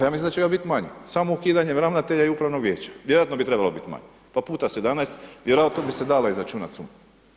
Ja mislim da će vam biti manje, samo ukidanjem ravnatelja i upravnog vijeća, vjerojatno bi trebalo biti manje, pa puta 17 vjerojatno bi se dalo izračunati sve.